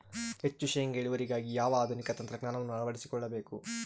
ಹೆಚ್ಚು ಶೇಂಗಾ ಇಳುವರಿಗಾಗಿ ಯಾವ ಆಧುನಿಕ ತಂತ್ರಜ್ಞಾನವನ್ನು ಅಳವಡಿಸಿಕೊಳ್ಳಬೇಕು?